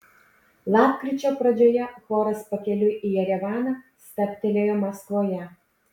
lapkričio pradžioje choras pakeliui į jerevaną stabtelėjo maskvoje